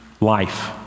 life